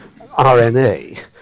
RNA